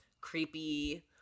creepy